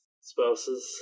spouses